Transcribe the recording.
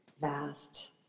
vast